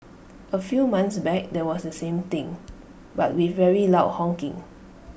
A few months back there was A same thing but with very loud honking